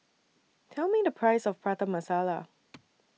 Tell Me The Price of Prata Masala